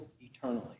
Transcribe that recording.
eternally